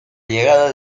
llegada